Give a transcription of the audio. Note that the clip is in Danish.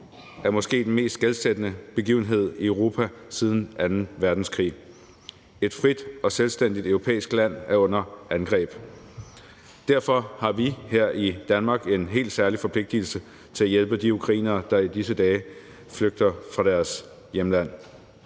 er måske den mest skelsættende begivenhed i Europa siden anden verdenskrig. Et frit og selvstændigt europæisk land er under angreb. Derfor har vi her i Danmark en helt særlig forpligtigelse til at hjælpe de ukrainere, der i disse dage flygter fra deres hjemland.